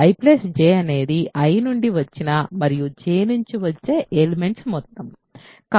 I J అనేది I నుండి వచ్చిన మరియు J నుండి వచ్చే ఎలిమెంట్స్ యొక్క కూడిక